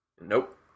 Nope